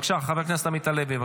בבקשה, חבר הכנסת עמית הלוי.